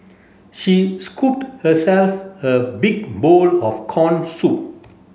she scooped herself a big bowl of corn soup